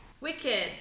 Wicked